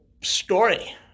story